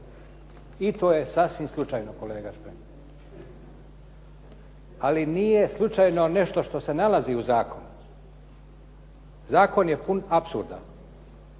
I to je sasvim slučajno kolega Šprem. Ali nije slučajno nešto što se nalazi u zakonu. Zakon je pun apsurda.